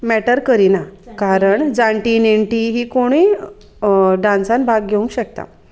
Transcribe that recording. matter करिना कारण जाणटी नेणटी ही कोणूय डांसान भाग घेवंक शकता